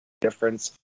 difference